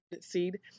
seed